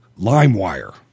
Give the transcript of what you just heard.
LimeWire